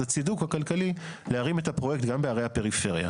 הצידוק הכלכלי להרים את הפרויקט גם בערי הפריפריה.